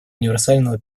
универсального